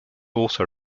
also